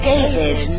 David